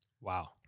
Wow